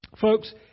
Folks